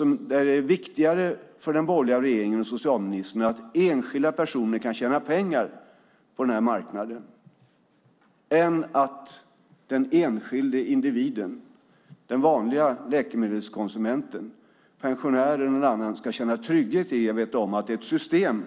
Det är viktigare för den borgerliga regeringen och socialministern att enskilda personer kan tjäna pengar på denna marknad än att den enskilde individen, de vanliga läkemedelskonsumenterna som pensionärer och andra, ska känna trygghet och veta att det är ett system